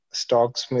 stocks